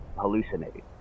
hallucinating